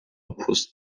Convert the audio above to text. پست